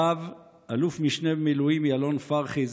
הרב אלוף משנה במילואים ילון פרחי,